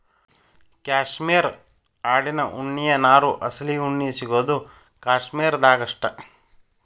cashmere ಆಡಿನ ಉಣ್ಣಿಯ ನಾರು ಅಸಲಿ ಉಣ್ಣಿ ಸಿಗುದು ಕಾಶ್ಮೇರ ದಾಗ ಅಷ್ಟ